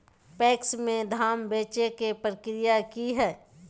PACS में धाम बेचे के प्रक्रिया की हय?